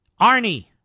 Arnie